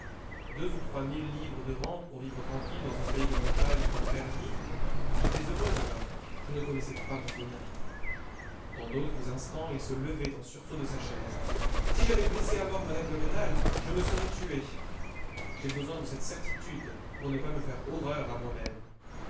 deux ou trois mille livres de rente pour vivre tranquille dans un pays de montagnes comme vergy j'étais heureux alors je ne connaissais pas mon bonheur dans d'autres instants il se levait en sursaut de sa chaise si j'avais blessé à mort mme de rênal je me serais tué j'ai besoin de cette certitude pour ne pas me faire horreur à moi-même